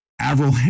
Avril